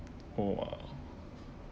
!wow!